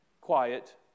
quiet